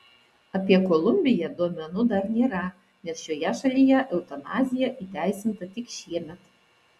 apie kolumbiją duomenų dar nėra nes šioje šalyje eutanazija įteisinta tik šiemet